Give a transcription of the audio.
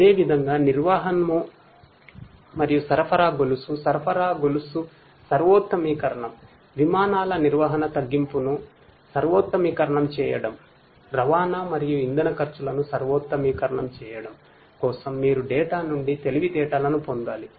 అదేవిధంగా నిర్వాహము మరియు సరఫరా గొలుసు సరఫరా గొలుసు సర్వోత్తమీకరణం విమానాల నిర్వహణ తగ్గింపును సర్వోత్తమీకరణం చేయడం రవాణా మరియు ఇంధన ఖర్చులను సర్వోత్తమీకరణం చేయడం కోసం మీరు డేటా నుండి తెలివితేటలను పొందాలి